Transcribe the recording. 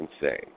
insane